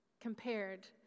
compared